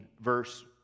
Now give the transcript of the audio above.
verse